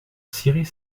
cirer